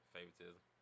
Favoritism